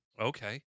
Okay